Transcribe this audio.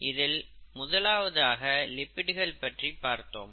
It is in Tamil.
இதில் முதலாவதாக லிப்பிடுகள் பற்றி பார்த்தோம்